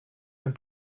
and